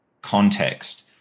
context